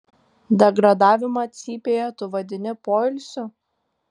degradavimą cypėje tu vadini poilsiu